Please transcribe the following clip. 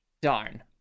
Darn